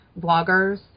bloggers